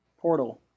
Portal